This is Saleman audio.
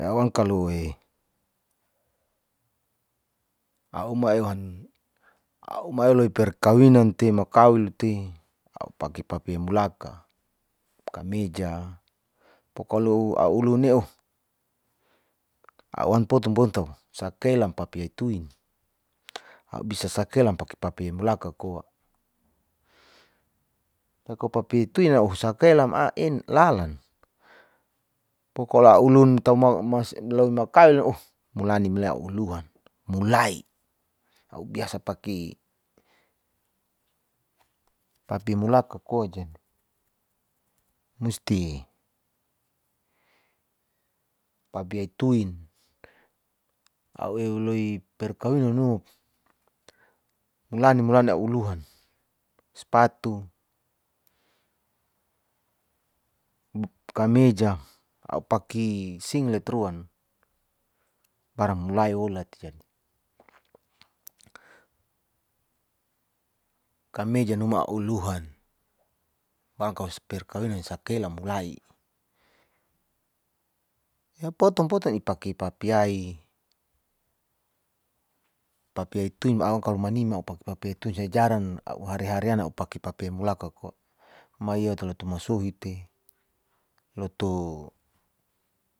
A'u ang kalo a'u mauhean a'u maule pekawinan te makawul te, a'u pake pake mulaka kameja pokalo a'u luni oh, 'u an potom poto sakelang papi aituin a'u bisa sakelang pake pake mulaka koa, napo kakutuin sakelam a'en lalan pokalo a'u luntamao makail oh mulni mulai a'u luan mulai a;u biasa paki mulapa poa jadi musti papi ai tuin au eiloi perkawinan nuhu mulani mulani a'u luhan spatu, kameja a'u paki singlet luan baran bulai olat jadi kameja numu a'u luhan barang kau perkawinan sakela mulai ya poton poton ipaki papi yayi, papi yayi tuim aku kalo manima a'u pake jaran a'u hari hari ana pake pape mulaka koa mioa tolata masohi te loto.